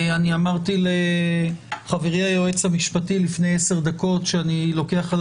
אמרתי לחברי היועץ המשפטי לפני עשר דקות שאני לוקח על